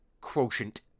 quotient